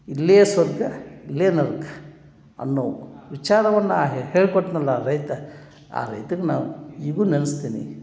ಇಲ್ಲಿಯೇ ಸ್ವರ್ಗ ಇಲ್ಲಿಯೇ ನರ್ಕ ಅನ್ನೋ ವಿಚಾರವನ್ನು ಹೇಳಿಕೊಟ್ನಲ್ಲ ಆ ರೈತ ಆ ರೈತಗೆ ನಾವು ಈಗ್ಲೂ ನೆನೆಸ್ತೀನಿ